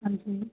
ਹਾਂਜੀ